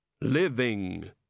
living